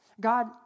God